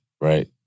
right